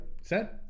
Set